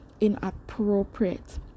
inappropriate